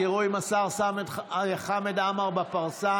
תראו אם השר חמד עמאר בפרסה.